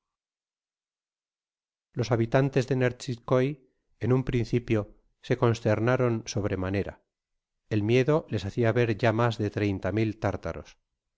los habitantes de nertiníkoy en un principio se consternaron sobremanera el miedo les hacia ver ya mas de treinta mil tártaros